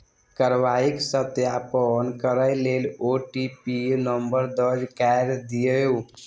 कार्रवाईक सत्यापन करै लेल ओ.टी.पी नंबर दर्ज कैर दियौ